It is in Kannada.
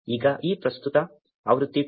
ಈಗ ಈ ಪ್ರಸ್ತುತ ಆವೃತ್ತಿ 2